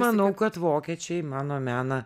manau kad vokiečiai mano meną